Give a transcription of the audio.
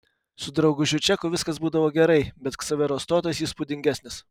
su draugužiu čeku viskas būdavo gerai bet ksavero stotas įspūdingesnis